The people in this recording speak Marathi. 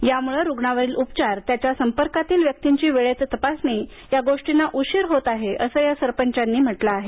त्यामुळे रुग्णाला उपचार त्याच्या संपर्कातील व्यक्तींची वेळेत तपासणी या गोष्टींना उशीर होत आहे असं या सरपंचांनी म्हटलं आहे